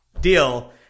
deal